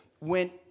went